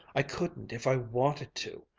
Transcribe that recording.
i couldn't if i wanted to.